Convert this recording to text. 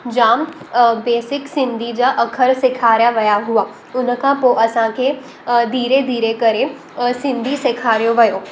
जामु बेसिक्स सिंधी जा अख़र सेखारिया विया हुआ उन खां पोइ असांखे धीरे धीरे करे सिंधी सेखारियो वियो